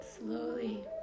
Slowly